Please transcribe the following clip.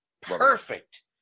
perfect